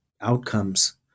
outcomes